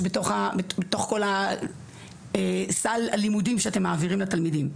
בתוך כל הסל לימודים שאתם מעבירים לתלמידים.